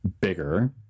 bigger